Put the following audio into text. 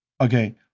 okay